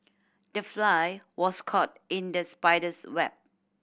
the fly was caught in the spider's web